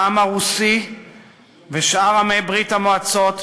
העם הרוסי ושאר עמי ברית-המועצות,